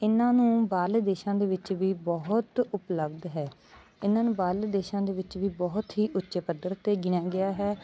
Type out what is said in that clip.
ਇਹਨਾਂ ਨੂੰ ਬਾਹਰਲੇ ਦੇਸ਼ਾਂ ਦੇ ਵਿੱਚ ਵੀ ਬਹੁਤ ਉਪਲਬਧ ਹੈ ਇਹਨਾਂ ਨੂੰ ਬਾਹਰਲੇ ਦੇਸ਼ਾਂ ਦੇ ਵਿੱਚ ਵੀ ਬਹੁਤ ਹੀ ਉੱਚੇ ਪੱਧਰ 'ਤੇ ਗਿਣਿਆ ਗਿਆ ਹੈ